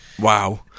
wow